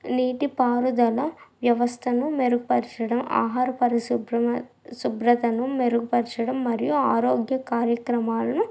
నీటి పారుదల వ్యవస్థను మెరుగుపరచడం ఆహార పరిశుభ్రం శుభ్రతను మెరుగుపరచడం మరియు ఆరోగ్య కార్యక్రమాలను